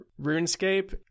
RuneScape